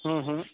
हूँ हूँ